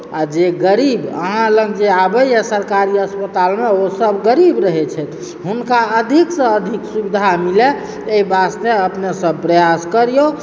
आओर जे गरीब अहाँ लग जे आबइए सरकारी अस्पतालमे ओसब गरीब रहय छथि हुनका अधिकसँ अधिक सुविधा मिलय अइ वास्ते अपने सब प्रयास करियौ